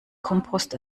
kompost